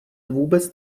vůbec